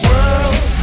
World